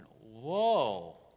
whoa